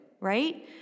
right